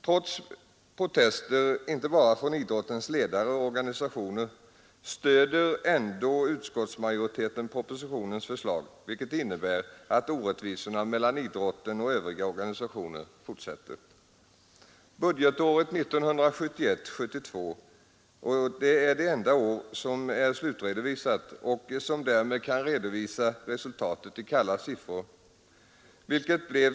Trots protester inte bara från idrottens ledare och organisationer stödjer ändå utskottsmajoriteten propositionens förslag, vilket innebär att orättvisorna mellan idrotten och övriga organisationer fortsätter. Budgetåret 1971/72 är det enda år som är slutredovisat och som därmed kan redovisa resultatet i kalla siffror.